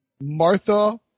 Martha